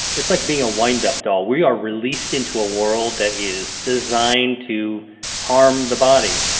it's like being a windup doll. we are released into a world that is designed to harm the body.